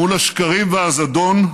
מול השקרים והזדון,